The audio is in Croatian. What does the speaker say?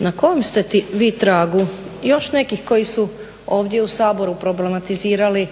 na kojem ste vi tragu, još nekih koji su ovdje u Saboru problematizirali